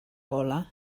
gola